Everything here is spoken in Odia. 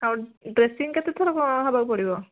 ଆଉ ଡ୍ରେସିଂ କେତେ ଥର କ'ଣ ହେବାକୁ ପଡ଼ିବ